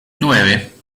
nueve